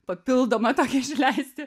papildomą tokį išleisti